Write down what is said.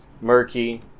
murky